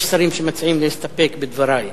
יש שרים שמציעים: "להסתפק בדברי".